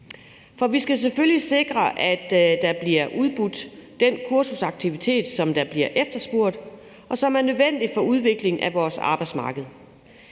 For vi skal selvfølgelig sikre, at der bliver udbudt den kursusaktivitet, der bliver efterspurgt, og som er nødvendig for udviklingen af vores arbejdsmarked.